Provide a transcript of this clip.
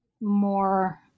more